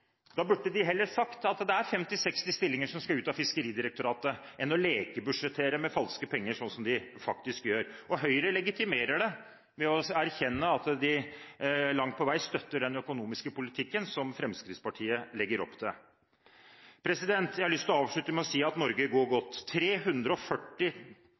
Da burde de heller sagt at det er 50–60 stillinger som skal ut av Fiskeridirektoratet, enn å lekebudsjettere med falske penger, som de faktisk gjør. Og Høyre legitimerer det ved å erkjenne at de langt på vei støtter den økonomiske politikken som Fremskrittspartiet legger opp til. Jeg har lyst til å avslutte med å si at Norge går